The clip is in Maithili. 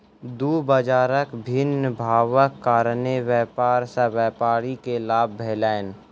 दू बजारक भिन्न भावक कारणेँ व्यापार सॅ व्यापारी के लाभ भेलैन